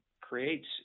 creates